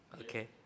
okay